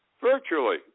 virtually